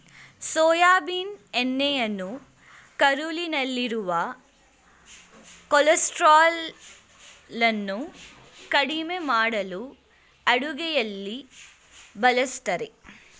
soybean ಎಣ್ಣೆಯನ್ನು ಕರುಳಿನಲ್ಲಿರುವ ಕೊಲೆಸ್ಟ್ರಾಲನ್ನು ಕಡಿಮೆ ಮಾಡಲು ಅಡುಗೆಯಲ್ಲಿ ಬಳ್ಸತ್ತರೆ